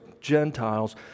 Gentiles